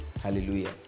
Hallelujah